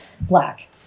Black